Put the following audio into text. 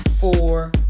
four